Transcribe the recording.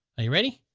are you ready?